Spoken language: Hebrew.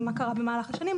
ומה קרה במהלך השנים,